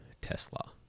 Tesla